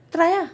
try ah